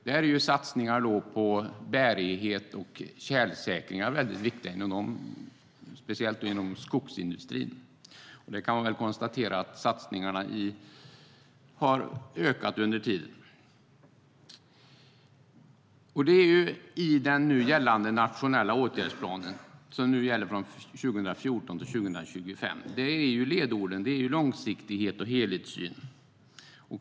Där är satsningar på bärighet och tjälsäkring viktiga, speciellt inom skogsindustrin. Vi kan konstatera att kostnaderna för satsningarna har ökat.I den nu gällande nationella åtgärdsplanen för 2014-2025 är ledorden långsiktighet och helhetssyn.